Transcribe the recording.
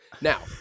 Now